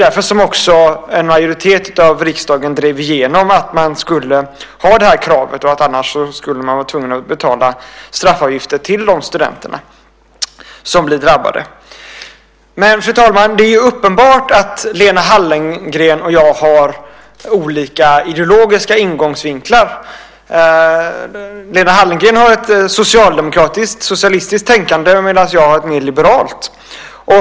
Därför drev en majoritet i riksdagen igenom att man skulle ha detta krav och att man annars skulle vara tvungen att betala straffavgifter till de studenter som blir drabbade. Fru talman! Det är uppenbart att Lena Hallengren och jag har olika ideologiska ingångsvinklar. Lena Hallengren har ett socialdemokratiskt socialistiskt tänkande. Jag har ett mer liberalt.